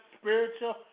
spiritual